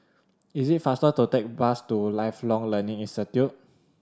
is it faster to take bus to Lifelong Learning Institute